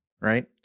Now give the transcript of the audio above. right